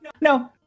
No